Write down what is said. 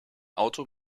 auto